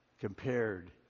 compared